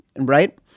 right